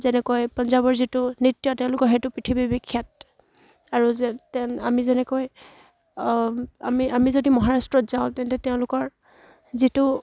যেনেকৈ পঞ্জাৱৰ যিটো নৃত্য তেওঁলোকৰ সেইটো পৃথিৱী বিখ্যাত আৰু যেন আমি যেনেকৈ আমি আমি যদি মহাৰাষ্ট্ৰত যাওঁ তেন্তে তেওঁলোকৰ যিটো